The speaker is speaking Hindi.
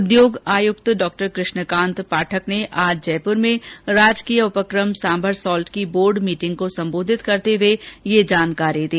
उद्योग आयुक्त डॉ कृष्णकांत पाठक ने आज जयपुर में राजकीय उपक्रम सांभर सॉल्ट की बोर्ड मीटिंग को संबोधित करते हुए यह जानकारी दी